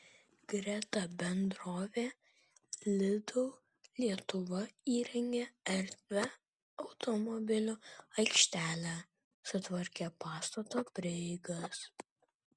greta bendrovė lidl lietuva įrengė erdvią automobilių aikštelę sutvarkė pastato prieigas